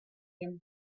him